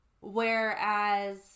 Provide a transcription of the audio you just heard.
Whereas